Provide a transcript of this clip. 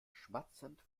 schmatzend